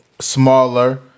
smaller